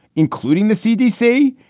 including the cdc,